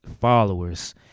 followers